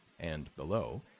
and, below,